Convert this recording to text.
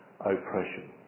oppression